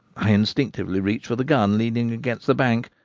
i instinctively reach for the gun leaning against the bank,